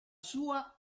sua